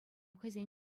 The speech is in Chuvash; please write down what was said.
хӑйсем